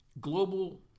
global